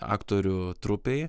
aktorių trupei